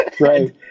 Right